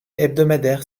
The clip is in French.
hebdomadaire